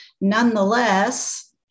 nonetheless